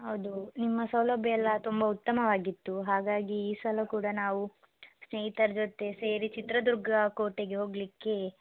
ಹೌದು ನಿಮ್ಮ ಸೌಲಭ್ಯ ಎಲ್ಲ ತುಂಬ ಉತ್ತಮವಾಗಿತ್ತು ಹಾಗಾಗಿ ಈ ಸಲ ಕೂಡ ನಾವು ಸ್ನೇಹಿತರ ಜೊತೆ ಸೇರಿ ಚಿತ್ರದುರ್ಗ ಕೋಟೆಗೆ ಹೋಗಲಿಕ್ಕೆ